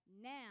now